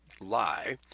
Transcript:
lie